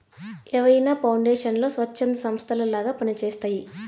ఏవైనా పౌండేషన్లు స్వచ్ఛంద సంస్థలలాగా పని చేస్తయ్యి